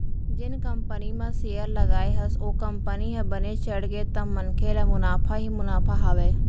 जेन कंपनी म सेयर लगाए हस ओ कंपनी ह बने चढ़गे त मनखे ल मुनाफा ही मुनाफा हावय